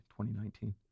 2019